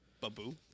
Babu